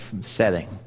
setting